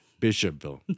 Bishopville